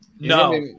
No